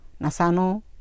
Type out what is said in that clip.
Nasano